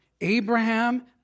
Abraham